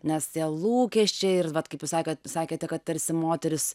nes tie lūkesčiai ir vat kaip jūs sakėt sakėte kad tarsi moteris